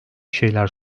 şeyler